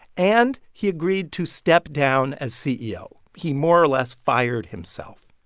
and he agreed to step down as ceo. he more or less fired himself.